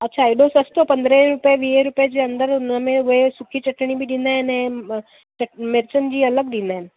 अछा एॾो सस्तो पंद्रहां रुपए वीहें रुपिए जे अंदरु हुन में उहे सुकी चटणी बि ॾींदा अनि ऐं त मिर्चनि जी अलगि ॾींदा आहिनि